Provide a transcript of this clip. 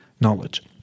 knowledge